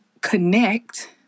connect